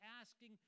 asking